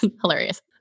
hilarious